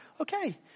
okay